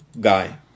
guy